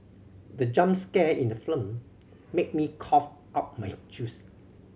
the jump scare in the film made me cough out my juice